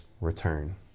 return